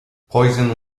poisoning